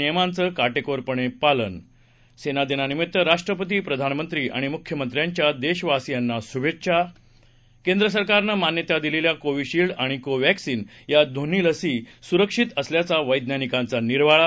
नियमांचं काटेकोरपणे पालन सेना दिनानिमित्त राष्ट्रपती प्रधानमंत्री आणि मुख्यमंत्र्यांच्या देशवासीयांना शुभेच्छा केंद्र सरकारनं मान्यता दिलेल्या कोव्हीशिल्ड आणि कोव्हॅक्सिन या दोन्ही लसी सुरक्षित असल्याचा वैज्ञानिकांचा निर्वाळा